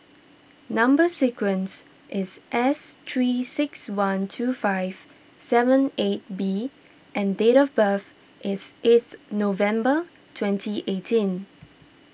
Number Sequence is S three six one two five seven eight B and date of birth is eighth November twenty eighteen